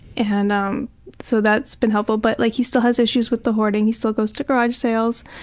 and um so that's been helpful. but like he still has issues with the hoarding. he still goes to garage sales.